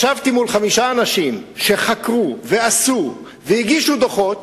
ישבתי מול חמישה אנשים שחקרו ועשו והגישו דוחות,